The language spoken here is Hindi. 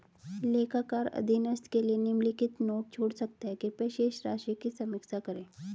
लेखाकार अधीनस्थ के लिए निम्नलिखित नोट छोड़ सकता है कृपया शेष राशि की समीक्षा करें